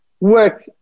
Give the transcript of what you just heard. work